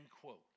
quote